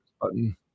button